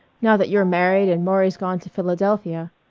now that you're married and maury's gone to philadelphia.